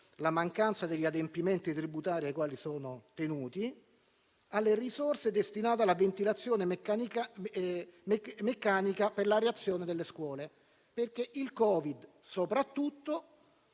la mancanza degli adempimenti tributari ai quali sono tenuti; penso alle risorse destinate alla ventilazione meccanica per l'areazione delle scuole. Il Covid-19, infatti,